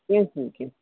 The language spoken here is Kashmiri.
کیٚنہہ چھُنہٕ کیٚنہہ